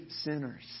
sinners